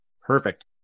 Perfect